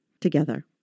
together